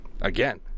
again